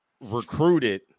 recruited